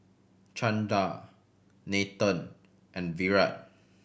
Chanda Nathan and Virat